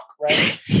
right